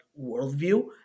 worldview